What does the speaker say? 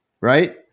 right